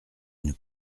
une